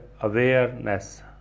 awareness